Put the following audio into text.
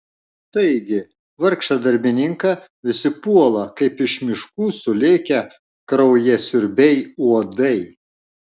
taigi vargšą darbininką visi puola kaip iš miškų sulėkę kraujasiurbiai uodai